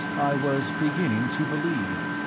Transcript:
i was beginning to believe.